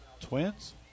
twins